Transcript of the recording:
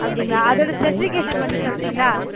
அப்படிங்களா அதோட ஸ்பெசிஃபிகேஷன் கொஞ்சம் சொல்கிறிங்களா